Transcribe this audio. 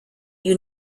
you